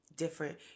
Different